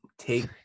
take